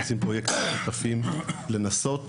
נעשים פרויקטים משותפים על מנת לנסות